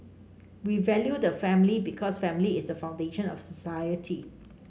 we value the family because family is the foundation of society